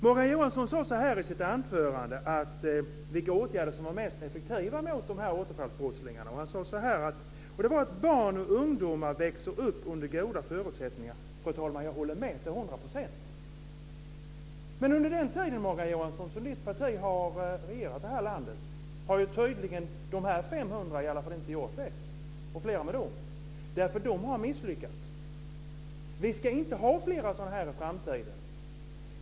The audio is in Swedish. Morgan Johansson nämnde i sitt anförande vilka åtgärder som var mest effektiva mot dessa återfallsbrottslingar, och han sade att det var att barn och ungdomar växer upp under goda förutsättningar. Fru talman! Jag håller med till hundra procent! Men under den tid som Morgan Johanssons parti har regerat det här landet har dessa 500 tydligen inte gjort det, och flera med dem, därför att de har misslyckats. Vi ska inte ha flera sådana här i framtiden.